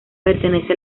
pertenece